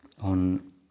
on